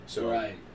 Right